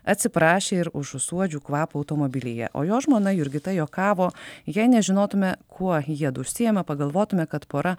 atsiprašė ir užu suodžių kvapą automobilyje o jo žmona jurgita juokavo jei nežinotume kuo jiedu užsiima pagalvotume kad pora